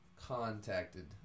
contacted